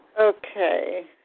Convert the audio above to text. Okay